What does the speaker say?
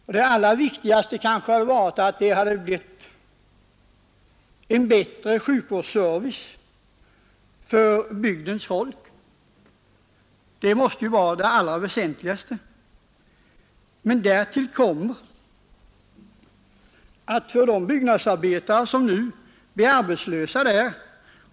Och det allra viktigaste kanske hade varit att det blivit en bättre sjukvårdsservice för bygdens folk. Detta måste vara det allra väsentligaste. Men härtill kommer också att ett antal byggnadsarbetare nu blir arbetslösa.